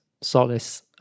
solace